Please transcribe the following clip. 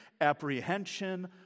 apprehension